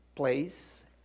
place